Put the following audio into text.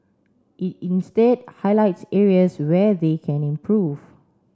it instead highlights areas where they can improve